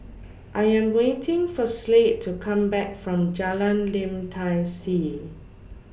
I Am waiting For Slade to Come Back from Jalan Lim Tai See